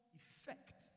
effect